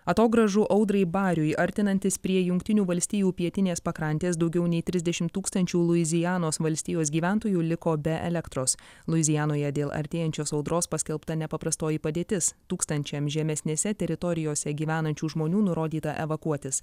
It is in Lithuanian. atogrąžų audrai bariui artinantis prie jungtinių valstijų pietinės pakrantės daugiau nei trisdešim tūkstančių luizianos valstijos gyventojų liko be elektros luizianoje dėl artėjančios audros paskelbta nepaprastoji padėtis tūkstančiam žemesnėse teritorijose gyvenančių žmonių nurodyta evakuotis